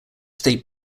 state